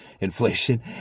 Inflation